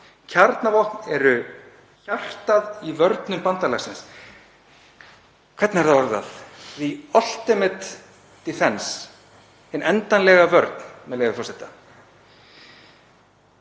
Kjarnavopn eru hjartað í vörnum bandalagsins. Hvernig er það orðað? „The ultimate defence“, hin endanlega vörn, með leyfi forseta.